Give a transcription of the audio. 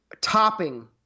topping